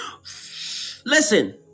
Listen